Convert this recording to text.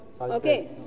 okay